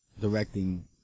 directing